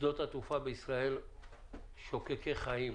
ששדות התעופה בישראל שוקקי חיים.